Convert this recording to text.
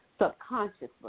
subconsciously